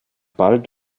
bald